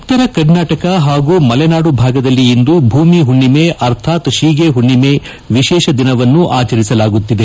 ಉತ್ತರ ಕರ್ನಾಟಕ ಹಾಗೂ ಮಲೆನಾಡು ಭಾಗದಲ್ಲಿ ಇಂದು ಭೂಮಿ ಹುಣ್ಣಿಮೆ ಅರ್ಥಾತ್ ತೀಗೆ ಹುಣ್ಣಿಮೆ ವಿಶೇಷ ದಿನವನ್ನು ಆಚರಿಸಲಾಗುತ್ತಿದೆ